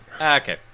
Okay